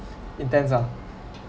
intense ah